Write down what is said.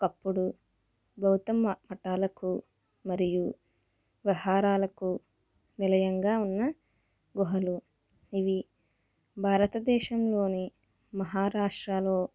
ఒక్కప్పుడు గౌతమ అటాలకు మరియు విహారాలకు నిలయంగా ఉన్న గుహలు ఇవి భారతదేశంలోని మహారాష్ట్రంలో